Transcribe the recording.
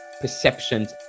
perceptions